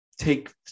take